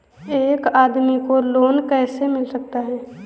एक आदमी को लोन कैसे मिल सकता है?